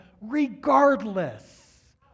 regardless